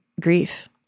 grief